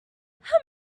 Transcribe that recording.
how